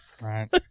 right